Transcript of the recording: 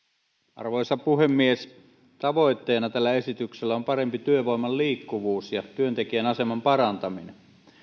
arvoisa puhemies tavoitteena tällä esityksellä on parempi työvoiman liikkuvuus ja työntekijän aseman parantaminen